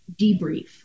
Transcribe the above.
debrief